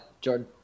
Jordan